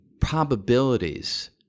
probabilities